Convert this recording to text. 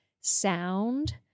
sound